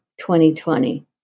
2020